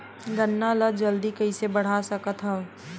गन्ना ल जल्दी कइसे बढ़ा सकत हव?